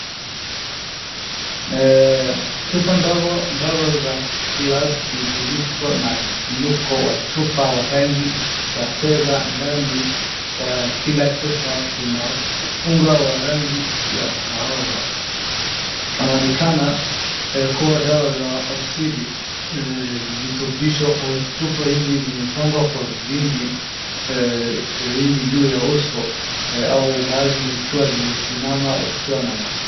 Chupa ndogo ndogo za glasi ziliko na vifuniko wa chupa ya rangi ya fedha, ndani ya kila chupa kuna unga wa rangi ya kahawa, inaonekana kuwa dawa za asili vitubisho au chupa hizi zimepangwa kwa vingi hivi juu ya uso au baadhi zikiwazimesimama.